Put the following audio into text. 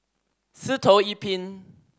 Sitoh Yih Pin